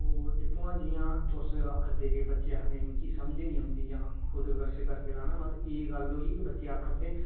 ओह दिक्खो हां जियां तुस आखै दे कि बच्चे आखदे कि मिकी समझ नी औंदी जां खुद घर से करके लाना मतलब एह् गल्ल होई कि बच्चे आखै दे